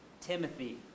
Timothy